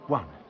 one